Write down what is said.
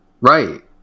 right